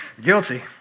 Guilty